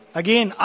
again